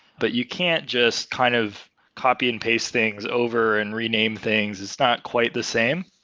but you can't just kind of copy and paste things over and rename things. it's not quite the same.